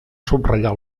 subratllar